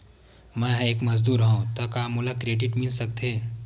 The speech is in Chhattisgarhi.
मैं ह एक मजदूर हंव त का मोला क्रेडिट मिल सकथे?